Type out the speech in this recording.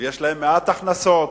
ויש להם מעט הכנסות.